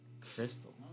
Crystal